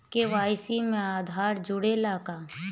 KYC में आधार जुड़े ला का?